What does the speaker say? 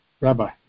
Rabbi